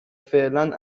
فعلا